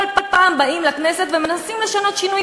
כל פעם באים לכנסת ומנסים לשנות שינויים